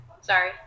Sorry